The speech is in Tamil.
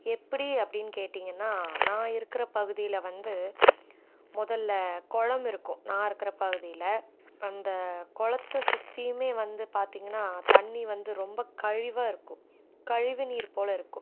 எப்படி அப்படின்னு கேட்டிங்கன்னால் நான் இருக்கிற பகுதியில் வந்து முதல்ல குளம் இருக்கும் நான் இருக்கிற பகுதியில் அந்த குளத்த சுற்றியுமே வந்து பார்த்திங்கன்னா தண்ணி வந்து ரொம்ப கழிவாக இருக்கும் கழிவுநீர் போல் இருக்கும்